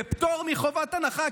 בפטור מחובת הנחה,